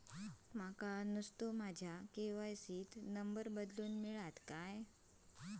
माका नुस्तो माझ्या के.वाय.सी त नंबर बदलून मिलात काय?